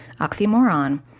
oxymoron